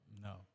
No